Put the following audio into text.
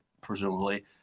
presumably